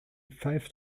pfeift